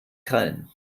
krallen